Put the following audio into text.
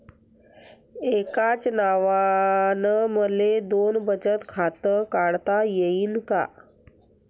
एकाच नावानं मले दोन बचत खातं काढता येईन का?